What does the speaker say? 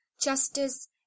justice